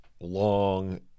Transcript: long